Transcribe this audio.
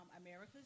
America's